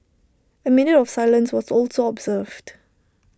A minute of silence was also observed